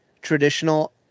traditional